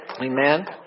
Amen